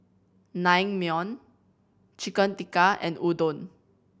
Naengmyeon Chicken Tikka and Udon